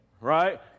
right